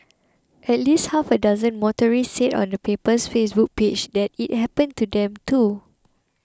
at least half a dozen motorists said on the paper's Facebook page that it happened to them too